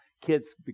kids